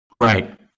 Right